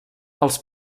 els